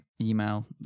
email